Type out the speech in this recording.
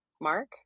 Mark